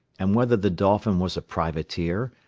and whether the dolphin was a privateer,